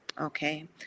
Okay